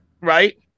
right